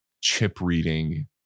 chip-reading